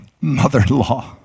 mother-in-law